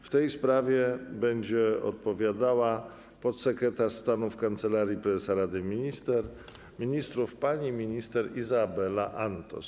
W tej sprawie będzie odpowiadała podsekretarz stanu w Kancelarii Prezesa Rady Ministrów pani minister Izabela Antos.